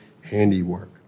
handiwork